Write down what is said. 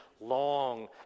long